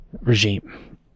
regime